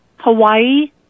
Hawaii